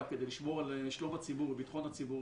כדי לשמור על שלום הציבור ובטחון הציבור,